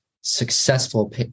successful